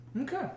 Okay